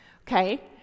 Okay